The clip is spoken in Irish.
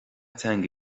teanga